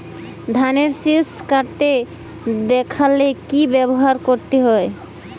ধানের শিষ কাটতে দেখালে কি ব্যবহার করতে হয়?